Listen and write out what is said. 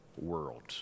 world